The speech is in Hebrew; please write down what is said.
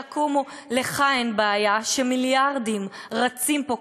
יקומו לך אין בעיה שמיליארדים רצים פה.